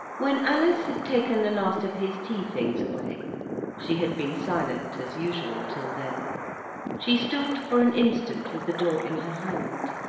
when alice had taken the last of his tea-things away she had been silent as usual till then she stood for an instant with the door in her hand.